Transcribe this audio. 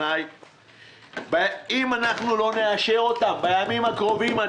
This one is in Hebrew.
אם אנחנו לא נאשר את הרשימה בימים הקרובים,